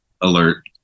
alert